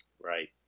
Right